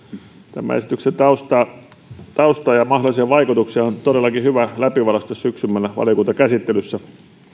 tämän esityksen taustaa taustaa ja mahdollisia vaikutuksia on todellakin hyvä läpivalaista syksymmällä valiokuntakäsittelyssä